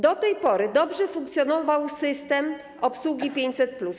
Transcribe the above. Do tej pory dobrze funkcjonował system obsługi 500+.